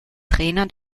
trainer